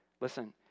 Listen